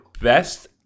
best